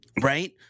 right